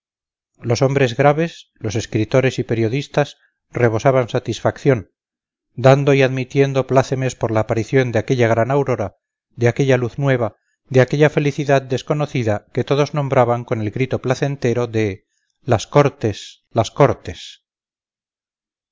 los hombres graves los escritores y periodistas rebosaban satisfacción dando y admitiendo plácemes por la aparición de aquella gran aurora de aquella luz nueva de aquella felicidad desconocida que todos nombraban con el grito placentero de las cortes las cortes